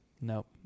nope